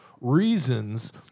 reasons